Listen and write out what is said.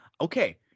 okay